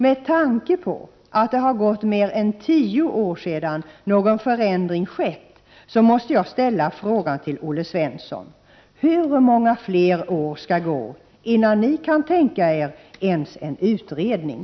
Med tanke på att det har gått mer än tio år sedan någon förändring skett, måste jag ställa frågan till Olle Svensson: Hur många fler år skall gå, innan ni kan tänka er ens en utredning?